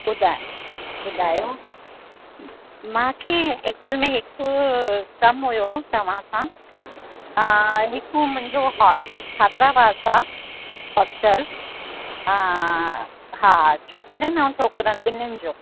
ॿुधाए ॿुधायो मांखे एक्चुअल में हिकु कमु हुओ तव्हां खां हा हिकु मुंहिंजो हा छात्रा वासि आहे सक्चल हा हा छोकिरियुनि ऐं छोकिरनि ॿिन्हिनि जो